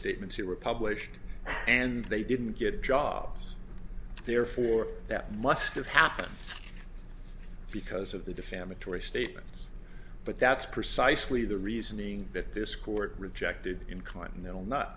statements here were published and they didn't get jobs therefore that must have happened because of the defamatory statements but that's precisely the reasoning that this court rejected in continental not